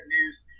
news